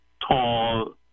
Tall